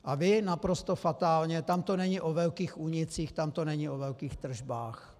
A vy naprosto fatálně tam to není o velkých únicích, tam to není o velkých tržbách.